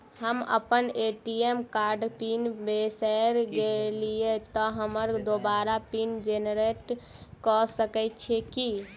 हम अप्पन ए.टी.एम कार्डक पिन बिसैर गेलियै तऽ हमरा दोबारा पिन जेनरेट कऽ सकैत छी की?